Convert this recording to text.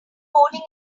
coding